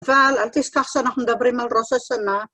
אבל אל תשכח שאנחנו מדברים על ראש השנה